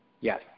Yes